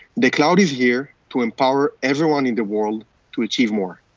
the cloud is here to empower everyone in the world to achieve more.